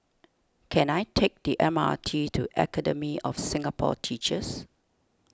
can I take the M R T to Academy of Singapore Teachers